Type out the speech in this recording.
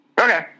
Okay